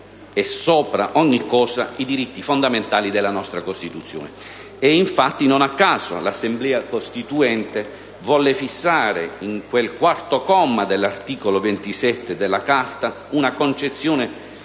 e sopra ogni cosa i diritti fondamentali della nostra Costituzione». Infatti, non a caso l'Assemblea Costituente volle fissare in quel terzo comma dell'articolo 27 della Carta una concezione che